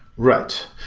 right.